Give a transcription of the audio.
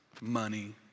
money